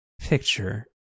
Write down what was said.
picture